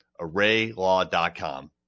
ArrayLaw.com